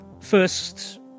first